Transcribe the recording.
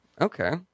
okay